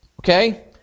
okay